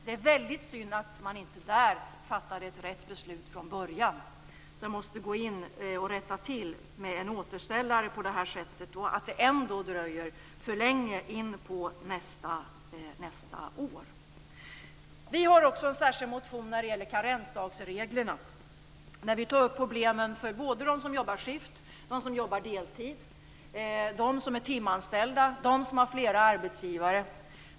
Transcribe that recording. Det är väldigt synd att man inte fattade rätt beslut från början, utan att man måste gå in och rätta till med en återställare på det här sättet, och att det ändå dröjer alltför länge in på nästa år. Vi har också en särskild motion när det gäller karensdagsreglerna. Där tar vi upp problemen för dem som jobbar skift, dem som jobbar deltid, dem som är timanställda och dem som har flera arbetsgivare.